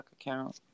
account